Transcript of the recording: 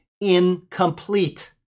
incomplete